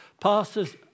pastors